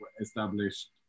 established